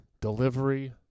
delivery